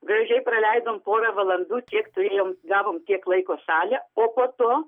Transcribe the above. gražiai praleidom porą valandų tiek turėjom gavom tiek laiko salę o po to